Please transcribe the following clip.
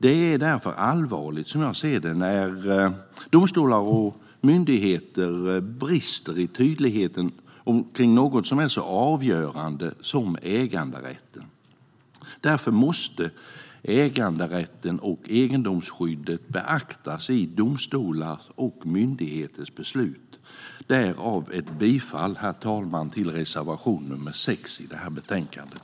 Det är därför allvarligt när domstolar och myndigheter brister i tydligheten om något som är så avgörande som äganderätten. Därför måste äganderätten och egendomsskyddet beaktas i domstolars och myndigheters beslut. Herr talman! Jag yrkar därför bifall till reservation nr 6 i betänkandet.